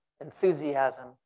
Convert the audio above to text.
enthusiasm